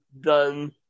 done